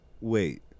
wait